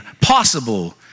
possible